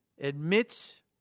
admits